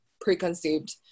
preconceived